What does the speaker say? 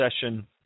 session